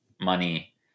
money